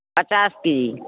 पचास के जी